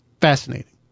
Fascinating